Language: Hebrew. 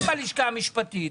עם הלשכה המשפטית,